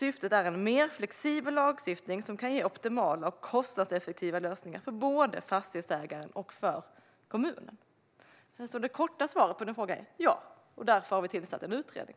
Syftet är en mer flexibel lagstiftning som kan ge optimala och kostnadseffektiva lösningar för både fastighetsägare och kommuner. Det korta svaret på Lars Beckmans fråga är ja. Och därför har vi tillsatt en utredning.